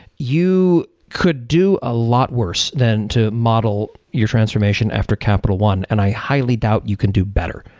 you could do a lot worse than to model your transformation after capital one, and i highly doubt you can do better.